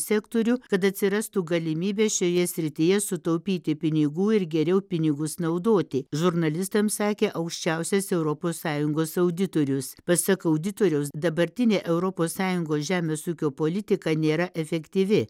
sektorių kad atsirastų galimybė šioje srityje sutaupyti pinigų ir geriau pinigus naudoti žurnalistams sakė aukščiausias europos sąjungos auditorius pasak auditoriaus dabartinė europos sąjungos žemės ūkio politika nėra efektyvi